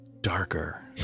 darker